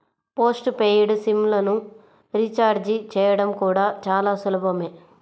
post paid SIM లను recharge చేయడం కూడా చాలా సులభమే